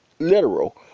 literal